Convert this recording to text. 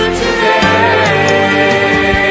today